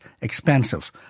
expensive